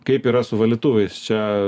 kaip yra su valytuvais čia